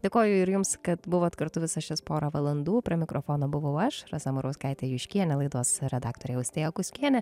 dėkoju ir jums kad buvot kartu visas šias porą valandų prie mikrofono buvau aš rasa murauskaitė juškienė laidos redaktorė austėja kuskienė